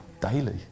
daily